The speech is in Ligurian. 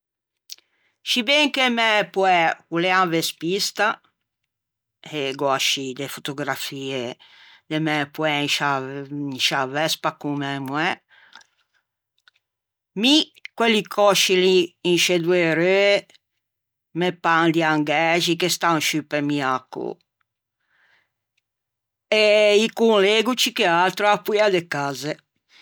Sciben che mæ poæ o l'ea un vespista e gh'ò ascì de fotografie de mæ poæ in sciâ in sciâ vespa con mæ moæ, mi quelli còsci lì in sce doe reue me pan di angæxi che stan sciù pe miacoo e î conlego ciù che atro a-a poia de cazze.